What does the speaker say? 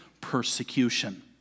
persecution